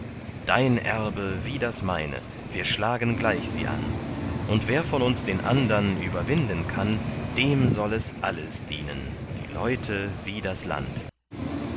dein erbe wie das meine wir schlagen gleich sie an und wer von uns den andern überwinden kann dem soll es alles dienen die leute wie das land